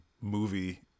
movie